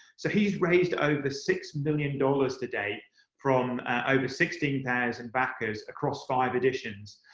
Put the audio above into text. so he's raised over six million dollars to date from over sixteen thousand backers across five editions.